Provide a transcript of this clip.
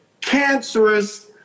cancerous